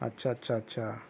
اچھا اچھا اچھا